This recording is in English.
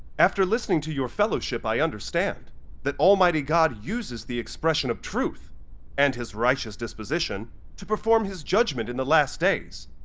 after listening to your fellowship, i understand that almighty god uses the expression of truth and his righteous disposition to perform his judgment in the last days,